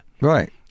Right